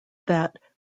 that